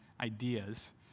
ideas